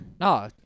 No